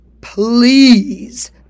please